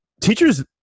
teachers